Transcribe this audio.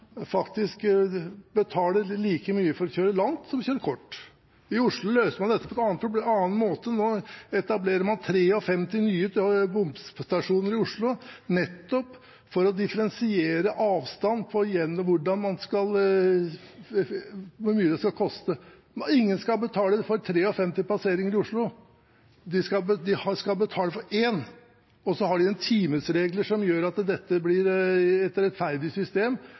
faktisk betaler like mye for å kjøre langt som for å kjøre kort. I Oslo løser man dette på en annen måte. Nå etablerer man 53 nye bomstasjoner i Oslo, nettopp for å differensiere avstand og hvor mye det skal koste. Ingen skal betale for 53 passeringer i Oslo, man skal betale for én. Og så har man en timesregel som gjør at dette blir et rettferdig system.